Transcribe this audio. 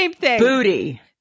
booty